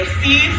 see